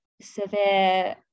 severe